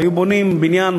היו בונים בניין,